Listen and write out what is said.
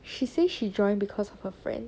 she say she joined because of her friend